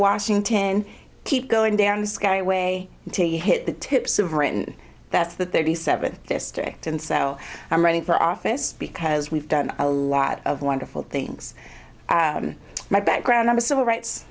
washington keep going down the sky way until you hit the tips of written that's the thirty seventh district and so i'm running for office because we've done a lot of wonderful things my background on the civil rights